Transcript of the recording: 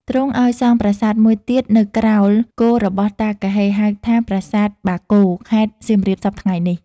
ទ្រង់ឲ្យសាងប្រាសាទមួយទៀតនៅក្រោល គោរបស់តាគហ៊េ ហៅថា ប្រាសាទបាគោ ខេត្តសៀមរាបសព្វថៃ្ងនេះ ។